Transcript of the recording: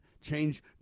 change